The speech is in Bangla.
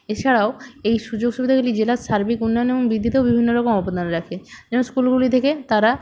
এছাড়াও এই সুযোগ সুবিধাগুলি জেলার সার্বিক উন্নয়নে এবং বৃদ্ধিতেও বিভিন্ন রকম অবদান রাখে যেমন স্কুলগুলি থেকে তারা